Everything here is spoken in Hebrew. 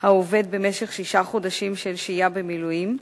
העובד במשך שישה חודשים של שהייה במילואים,